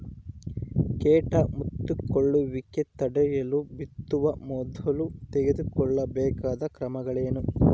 ಕೇಟ ಮುತ್ತಿಕೊಳ್ಳುವಿಕೆ ತಡೆಯಲು ಬಿತ್ತುವ ಮೊದಲು ತೆಗೆದುಕೊಳ್ಳಬೇಕಾದ ಕ್ರಮಗಳೇನು?